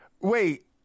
wait